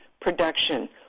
production